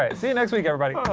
ah see you next week, everybody.